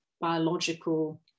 biological